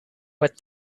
but